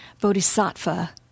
bodhisattva